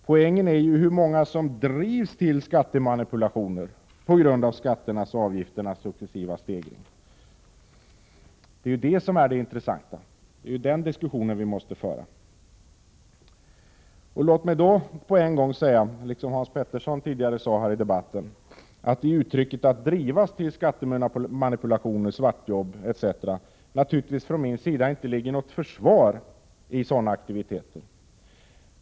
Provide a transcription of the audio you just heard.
Poängen är hur många som drivs till skattemanipulationer på grund av skatternas och avgifternas successiva stegring. Det är ju det som är det intressanta, och det är den diskussionen vi måste föra. Låt mig då på en gång säga — liksom Hans Petersson i Röstånga sade tidigare i debatten — att det i uttrycket ”att drivas till skattemanipulationer, svartjobb osv.” från min sida givetvis inte ligger något försvar för sådana aktiviteter.